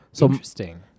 Interesting